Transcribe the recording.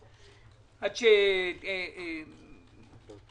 עד שתקום ממשלה ונראה באיזו ממשלה מדובר.